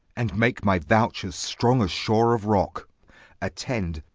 and make my vouch as strong as shore of rocke attend.